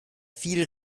viel